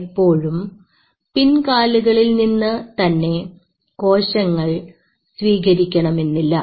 എപ്പോഴും പിൻകാലുകളിൽ നിന്ന് തന്നെ കോശങ്ങൾ സ്വീകരിക്കണമെന്നില്ല